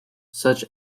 such